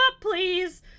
please